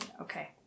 okay